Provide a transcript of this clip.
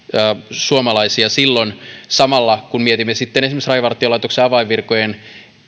suomalaisia silloin samalla kun mietimme sitten esimerkiksi rajavartiolaitoksen avainvirkojen